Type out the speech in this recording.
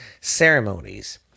ceremonies